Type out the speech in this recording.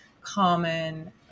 common